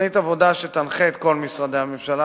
תוכנית עבודה שתנחה את כל משרדי הממשלה